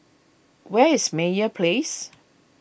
where is Meyer Place